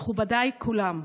מכובדיי כולם,